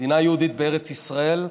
מדינה יהודית בארץ ישראל,